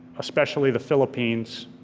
especially the philippines,